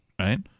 Right